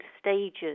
stages